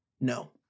no